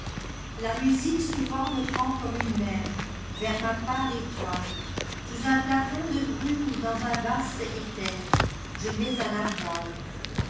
la musique souvent me prend comme une mer vers ma paie étoile sous un plafond de brume ou dans un vaste éther je mets à la voile